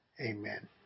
Amen